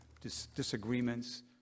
disagreements